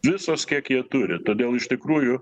visos kiek jie turi todėl iš tikrųjų